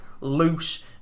loose